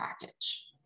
package